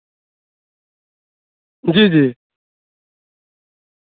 جی جی